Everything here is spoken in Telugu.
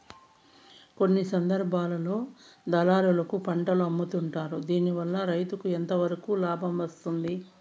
కొన్ని సందర్భాల్లో దళారులకు పంటలు అమ్ముతుంటారు దీనివల్ల రైతుకు ఎంతవరకు లాభం వస్తుంది?